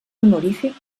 honorífic